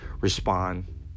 respond